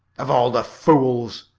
of all the fools!